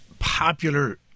Popular